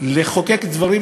לחוקק דברים,